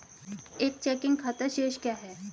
एक चेकिंग खाता शेष क्या है?